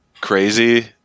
crazy